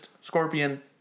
Scorpion